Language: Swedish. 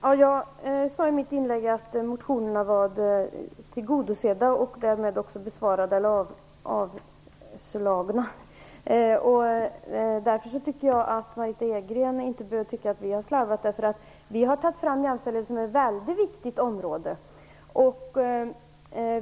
Herr talman! Jag sade i mitt inlägg att motionerna var tillgodosedda. Därför tycker jag att Margitta Edgren inte behöver tycka att vi har slarvat, eftersom vi har tagit fram jämställdheten som ett väldigt viktigt område.